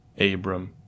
Abram